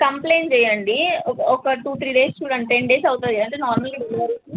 complaint చేయండి ఒక two three days చూడండి టెన్ డేస్ అవుతుంది అంటే నార్మల్ డెలివరీకి